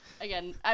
Again